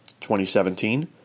2017